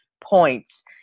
points